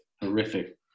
horrific